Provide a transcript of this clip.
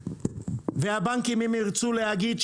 והבנקים אם ירצו להגיד,